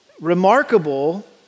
remarkable